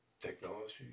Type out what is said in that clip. Technology